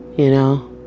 you know,